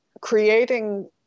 creating